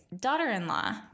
daughter-in-law